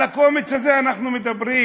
על הקומץ הזה אנחנו מדברים.